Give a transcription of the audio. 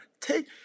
Take